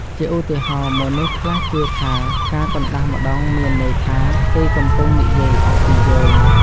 ជាឧទាហរណ៍ មនុស្សខ្លះជឿថា ការកណ្តាស់ម្ដងមានន័យថា គេកំពុងនិយាយល្អពីយើង។